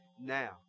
now